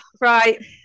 Right